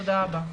תודה רבה.